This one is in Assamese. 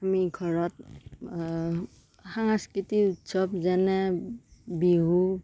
আমি ঘৰত সাংস্কৃতিক উৎসৱ যেনে বিহু